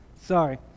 Sorry